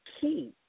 key